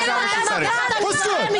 מרמים פה.